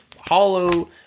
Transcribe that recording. hollow